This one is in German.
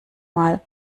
mal